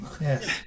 Yes